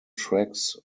tracks